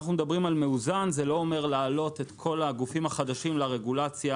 זה לא אומר להעלות את כל הגופים החדשים לרגולציה